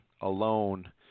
alone